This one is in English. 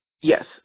Yes